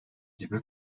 gibi